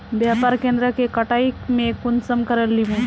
व्यापार केन्द्र के कटाई में कुंसम करे लेमु?